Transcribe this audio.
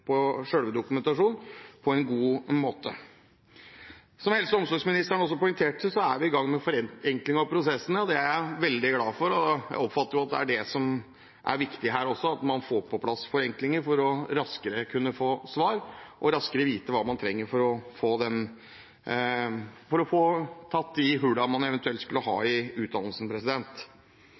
på selve dokumentasjonen på en god måte. Som helse- og omsorgsministeren også poengterte, er vi i gang med forenkling av prosessene. Det er jeg veldig glad for, og jeg oppfatter at det er det som er viktig her også, at man får på plass forenklinger for raskere å kunne få svar og raskere få vite hva man trenger for å få tettet de hullene man eventuelt har i utdannelsen. Blant annet er Statens autorisasjonskontor for helsepersonell nå integrert i